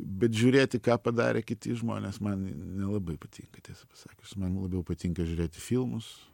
bet žiūrėti ką padarė kiti žmonės man nelabai patinka tiesą pasakius man labiau patinka žiūrėti filmus